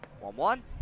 One-one